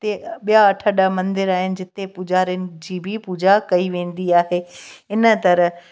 उते ॿिया अठ ॾह मंदर आहिनि जिते पूजारियुनि जी बि पूॼा कई वेंदी आहे इन तरह